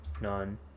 none